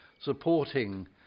supporting